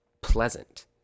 pleasant